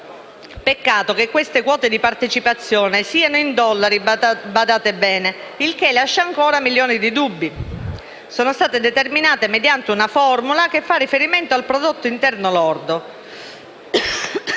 Peccato che queste quote di partecipazione siano in dollari - badate bene - il che lascia ancora milioni di dubbi, e sono state determinate mediante una formula che fa riferimento al prodotto interno lordo.